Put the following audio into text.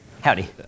Howdy